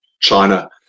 China